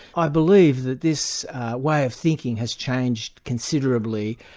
i believe that this way of thinking has changed considerably.